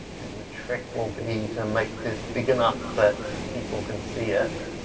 and the trick will be to make this big enough that people can see it.